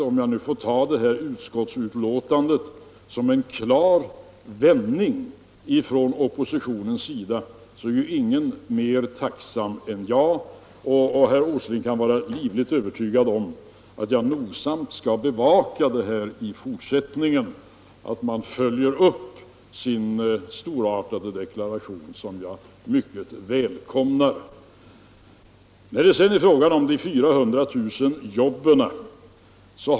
Om jag nu får ta utskottsbetänkandet som en klar vändning från oppositionens sida, är ingen mer tacksam än jag. Herr Åsling kan vara livligt övertygad om att jag i fortsättningen nogsamt skall bevaka att man följer upp sin storartade deklaration, som jag mycket välkomnar. Sedan har vi frågan om de 400 000 jobben.